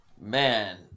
Man